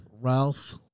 Ralph